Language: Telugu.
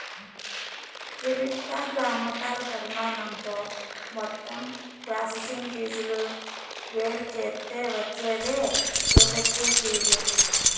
క్రెడిట్ కార్డు అమ్మకాల పరిమాణంతో మొత్తం ప్రాసెసింగ్ ఫీజులు వేరుచేత్తే వచ్చేదే ఎఫెక్టివ్ ఫీజు